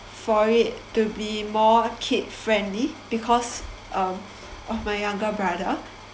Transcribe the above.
for it to be more kid friendly because um of my younger brother